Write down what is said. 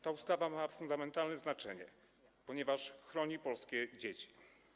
Ta ustawa ma fundamentalne znaczenie, ponieważ chroni polskie dzieci.